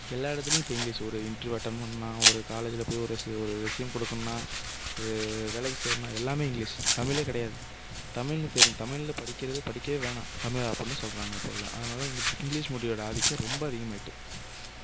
எல்லா இடத்துலேயும் இப்போ இங்கிலீஸ் ஒரு இன்டர்வியூ அட்டன் பண்ணணும்னா ஒரு காலேஜ்ஜில் போய் ஒரு ரெஸ் ஒரு ரெஸ்யூம் கொடுக்கணும்னா ஒரு வேலைக்கு சேரணும்னால் எல்லாமே இங்கிலீஷ் தமிழே கிடையாது தமிழ்ல தெரி தமிழ்ல படிக்கிறது படிக்கவே வேண்டாம் அப்படினு சொல்கிறாங்க இப்போது அதனால் இங்கே இங்கிலீஸ் மொழியோட ஆதிக்கம் ரொம்ப அதிகமாகிட்டு